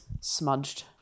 smudged